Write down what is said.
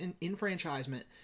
enfranchisement